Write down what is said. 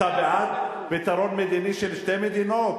אתה בעד פתרון מדיני של שתי מדינות?